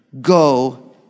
Go